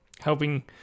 Helping